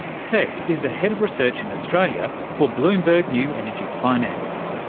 seb is the head of research in australia for bloomberg new energy finance.